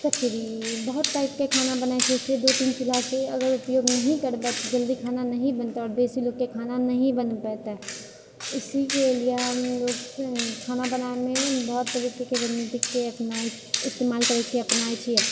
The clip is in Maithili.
कचरी बहुत टाइपके खाना बनाय छियै इसलिए दू तीन चूल्हाके उपयोग अगर नहि करबै तऽ जल्दी खाना नहि बनि पेतै आओर बेसी लोगके खाना नहि बनि पेतै इसीके लियऽ हमलोग खाना बनाबैमे बहुत तरीकेके रणनीतिके अपनाय इस्तेमाल करै छियै अपनाय छियै